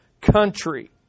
country